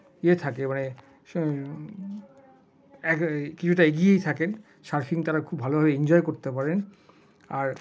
থাকে মানে কিছুটা এগিয়েই থাকেন সার্ফিং তারা খুব ভালোভাবে এনজয় করতে পারেন আর